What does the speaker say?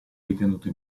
ritenuto